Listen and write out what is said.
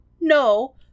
no